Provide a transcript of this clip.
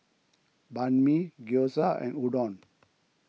Banh Mi Gyoza and Udon